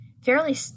fairly